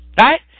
Right